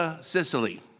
Sicily